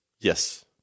yes